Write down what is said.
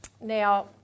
Now